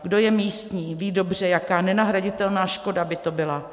Kdo je místní, ví dobře, jaká nenahraditelná škoda by to byla.